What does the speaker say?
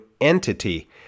entity